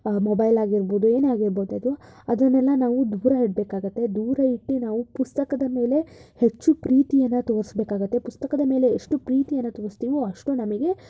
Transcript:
mobile ಆಗಿರ್ಬೋದು ಏನೇ ಆಗಿರ್ಬೋದದು ಅದನ್ನೆಲ್ಲ ನಾವು ದೂರ ಇಡಬೇಕಾಗತ್ತೆ ದೂರ ಇಟ್ಟು ನಾವು ಪುಸ್ತಕದ ಮೇಲೆ ಹೆಚ್ಚು ಪ್ರೀತಿಯನ್ನು ತೋರ್ಸ್ಬೇಕಾಗತ್ತೆ ಪುಸ್ತಕದ ಮೇಲೆ ಎಷ್ಟು ಪ್ರೀತಿಯನ್ನು ತೋರ್ಸ್ತೀವೋ ಅಷ್ಟು ನಮಗೆ